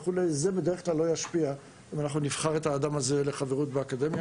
זה בדרך-כלל לא ישפיע על בחירה של אדם הזה לאקדמיה.